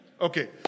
Okay